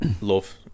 love